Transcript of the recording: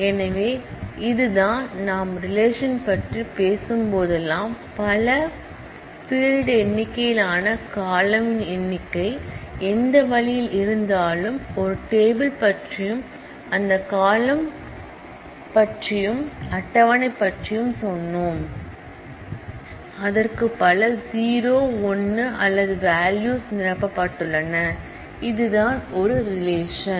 எனவே இதுதான் நாம் ஒரு ரிலேஷன் பற்றி பேசும்போதெல்லாம் பல ஃபீல்ட் களின் எண்ணிக்கையிலான காலம்ன் எண்ணிக்கை எந்த வழியில் இருந்தாலும் ஒரு டேபிள் பற்றியும் அந்த காலம்ன்படி அந்த டேபிள் யைப் பற்றியும் சொன்னோம் அதற்கு பல 0 1 அல்லது வேல்யூஸ் நிரப்பப்பட்டுள்ளன அதுதான் ஒரு ரிலேஷன்